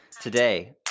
today